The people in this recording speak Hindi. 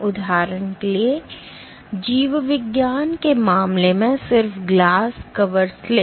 उदाहरण जीव विज्ञान के मामले में सिर्फ ग्लास कवर स्लिप